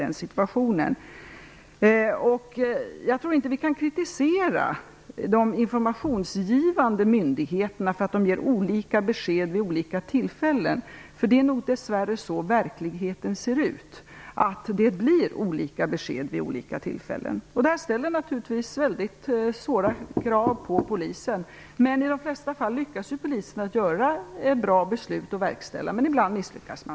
Jag tror inte att vi kan kritisera de informationsgivande myndigheterna för att de ger olika besked vid olika tillfällen. Verkligheten ser nog dess värre ut så, att det blir olika besked vid olika tillfällen. Det ställer naturligtvis väldigt stora krav på polisen. I de flesta fall lyckas polisen fatta bra beslut och verkställa dem, men ibland misslyckas man.